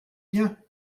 bien